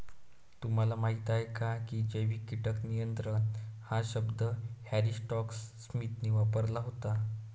तुम्हाला माहीत आहे का की जैविक कीटक नियंत्रण हा शब्द हॅरी स्कॉट स्मिथने वापरला होता?